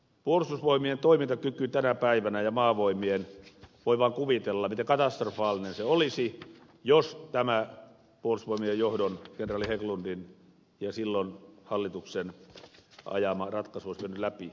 puolustusvoimien toimintakyky tänä päivänä ja maavoimien voi vain kuvitella miten katastrofaalinen olisi puolustusvoimien ja maavoimien toimintakyky tänä päivänä jos tämä puolustusvoimien johdon kenraali hägglundin ja silloisen hallituksen ajama ratkaisu olisi mennyt läpi